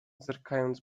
zerkając